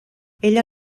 ella